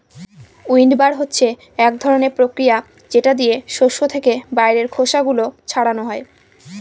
উইন্ডবার হচ্ছে এক ধরনের প্রক্রিয়া যেটা দিয়ে শস্য থেকে বাইরের খোসা গুলো ছাড়ানো হয়